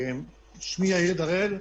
שלום, שמי יאיר דראל,